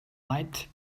light